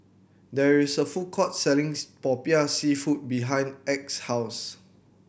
there is a food court selling Popiah Seafood behind Acy's house